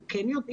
הם כן יודעים.